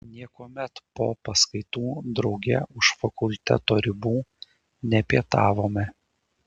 niekuomet po paskaitų drauge už fakulteto ribų nepietavome